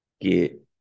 Get